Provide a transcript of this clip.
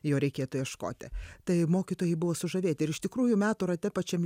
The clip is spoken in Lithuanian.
jo reikėtų ieškoti tai mokytojai buvo sužavėti ir iš tikrųjų metų rate pačiam